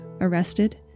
arrested